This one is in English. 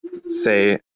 say